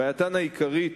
בעייתן העיקרית,